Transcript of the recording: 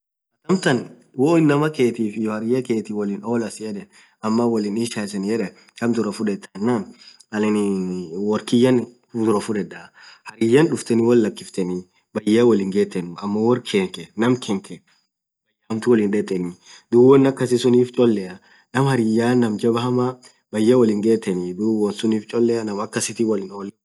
amtan woo inamaa khetif iyyo hariyaa khanke wolin olla siyedhe ama wolin isha iseni yedhe kaam dhurah fudhethanen anin worr kiyaa dhurah fudhedha hariyan dhufetheni wol llakisiteni bayya woli hingethenu ammo worr kankeee Naam khanke bayya hamtuu wolin dheteni dhub won akasisun sunnif cholea naaam hariyaa Naam jabba hamaa bayya wolin gheteni won sunif cholea Naam akasithii wolin olaah